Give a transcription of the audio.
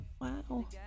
Wow